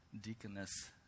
Deaconess